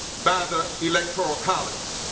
by the electoral college.